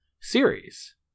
series